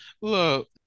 Look